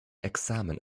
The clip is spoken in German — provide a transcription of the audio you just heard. examen